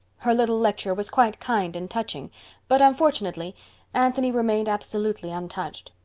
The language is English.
her little lecture was quite kind and touching but unfortunately anthony remained absolutely untouched.